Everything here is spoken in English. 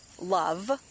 Love